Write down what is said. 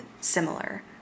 similar